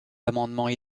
amendements